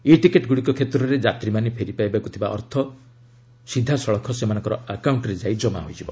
ଇ ଟିକେଟ୍ଗୁଡ଼ିକ କ୍ଷେତ୍ରରେ ଯାତ୍ରୀମାନେ ଫେରିପାଇବାକୁ ଥିବା ଅର୍ଥ ସିଧାସେମାନଙ୍କର ଆକାଉଣ୍ଟରେ ଜମା ହୋଇଯିବ